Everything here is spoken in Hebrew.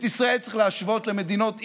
את ישראל צריך להשוות למדינות אי,